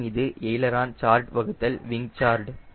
மேலும் இது aileron chord வகுத்தல் விங் கார்டு